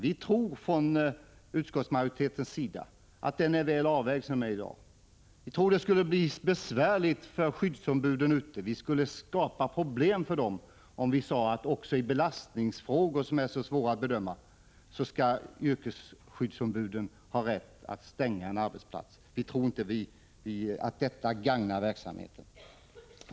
Vi tror från utskottsmajoritetens sida att den i dag är väl avvägd. Det skulle bli besvärligt för skyddsombuden, och vi skulle skapa problem för dem, om vi sade att skyddsombuden också i belastningsfrågor, som är så svåra att bedöma, skall ha rätt att stänga en arbetsplats. Vi tror inte att detta gagnar verksamheten.